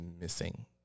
missing